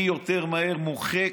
מי יותר מהר מוחק